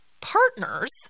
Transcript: partners